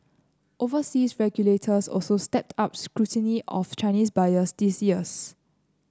overseas regulators also stepped up scrutiny of Chinese buyers this year